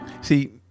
See